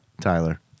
Tyler